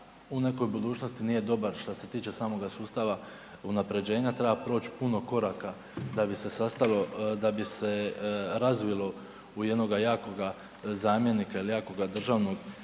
u nekoj budućnosti nije dobar što se tiče samoga sustava unaprjeđenja, treba proći puno koraka da bi se razvilo u jednoga jakoga zamjenika ili jakoga državnog